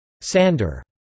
Sander